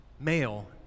male